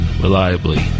reliably